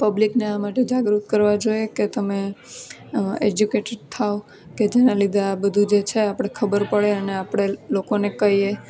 પબ્લિકને આ માટે જાગૃત કરવા જોઈએ કે તમે એજ્યુકેટેડ થાઓ કે જેના લીધે આ બધું જે છે આપણે ખબર પડે અને આપણે લોકોને કહીએ